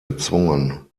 gezwungen